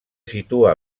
situa